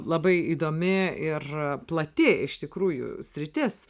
labai įdomi ir plati iš tikrųjų sritis